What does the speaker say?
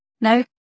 No